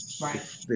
Right